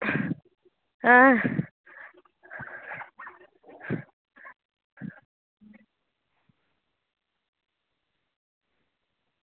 हां ऐं